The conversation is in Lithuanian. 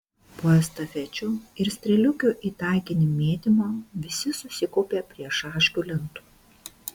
po estafečių ir strėliukių į taikinį mėtymo visi susikaupė prie šaškių lentų